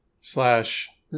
slash